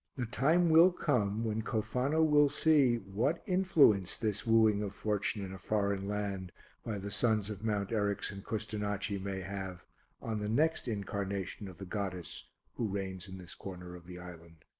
the time will come when cofano will see what influence this wooing of fortune in a foreign land by the sons of mount eryx and custonaci may have on the next incarnation of the goddess who reigns in this corner of the island.